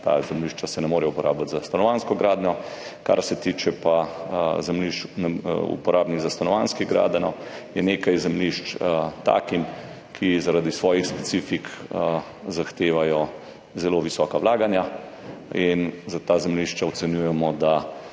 Ta zemljišča se ne morejo uporabiti za stanovanjsko gradnjo. Kar se pa tiče zemljišč, uporabnih za stanovanjske gradenj, je nekaj zemljišč takih, ki zaradi svojih specifik zahtevajo zelo visoka vlaganja. Za ta zemljišča ocenjujemo, ni